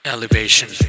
Elevation